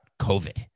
COVID